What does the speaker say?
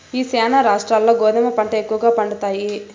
ఈశాన్య రాష్ట్రాల్ల గోధుమ పంట ఎక్కువగా పండుతాయి